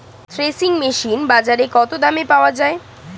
Threshing machine বাজারে কত দামে পাওয়া যায়?